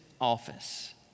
office